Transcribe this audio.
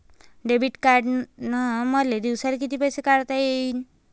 Debit कार्डनं मले दिवसाले कितीक पैसे काढता येईन?